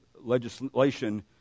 legislation